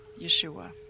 Yeshua